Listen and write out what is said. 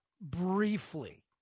briefly